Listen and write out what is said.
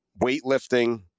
weightlifting